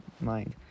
mind